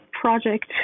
project